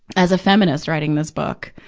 as a feminist writing this book.